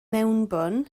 mewnbwn